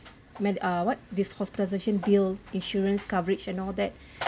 me~ uh what his hospitalisation bill insurance coverage and all that